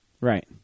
Right